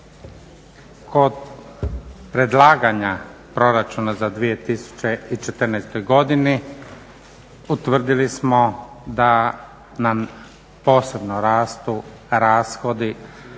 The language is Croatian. Kod predlaganja proračuna za 2014. godini utvrdili smo nam posebno rastu rashodi